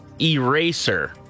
Eraser